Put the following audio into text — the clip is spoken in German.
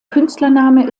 künstlername